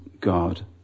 God